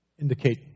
indicate